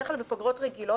בדרך כלל בפגרות רגילות,